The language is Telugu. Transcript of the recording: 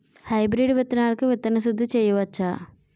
హైబ్రిడ్ విత్తనాలకు విత్తన శుద్ది చేయవచ్చ?